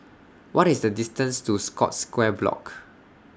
What IS The distance to Scotts Square Block